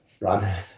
Right